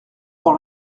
pour